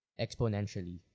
exponentially